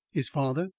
his father?